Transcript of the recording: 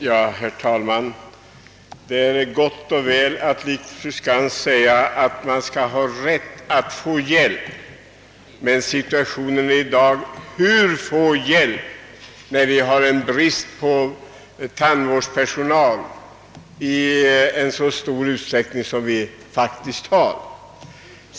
Herr talman! Det är gott och väl att som fru Skantz säga att man skall ha rätt att få hjälp, men problemet är hur man skall kunna bereda hjälp när det föreligger så stor brist på tandvårdspersonal.